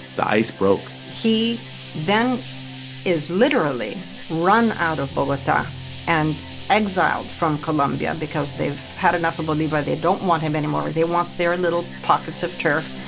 the ice broke he then is literally run out of bogota and exiled from colombia because they've had enough of bolivar. they don't want him anymore. they want their little pockets of turf.